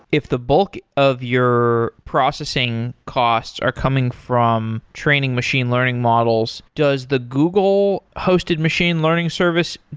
if the bulk of your processing costs are coming from training machine learning models, does the google hosted machine learning service,